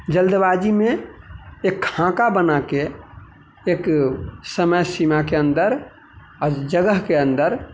जल्दबाजीमे एक खाँका बनाके एक समय सीमाके अन्दर आ जगहके अन्दर